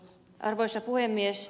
arvoisa puhemies